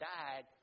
died